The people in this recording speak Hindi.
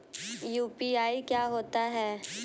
यू.पी.आई क्या होता है?